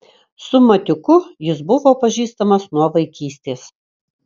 su matiuku jis buvo pažįstamas nuo vaikystės